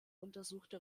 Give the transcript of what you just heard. untersuchte